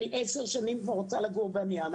אני 10 שנים כבר רוצה לגור באניעם,